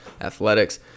athletics